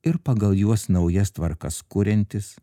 ir pagal juos naujas tvarkas kuriantis